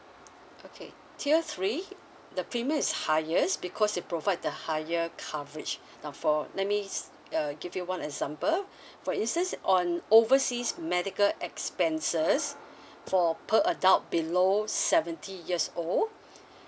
okay tier three the premium is highest because it provide the higher coverage now for let me just uh give you one example for instance on overseas medical expenses for per adult below seventy years old